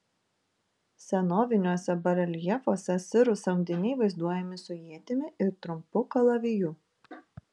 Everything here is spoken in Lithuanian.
senoviniuose bareljefuose sirų samdiniai vaizduojami su ietimi ir trumpu kalaviju